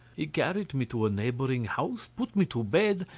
he carried me to a neighbouring house, put me to bed,